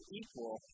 equal